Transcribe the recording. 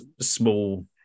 small